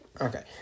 okay